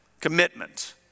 commitment